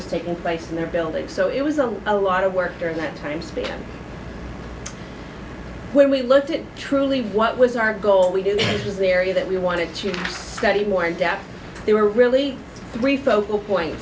was taking place in their building so it was a a lot of work during that time span when we looked at truly what was our goal we do this larry that we wanted to study more in depth they were really refocus point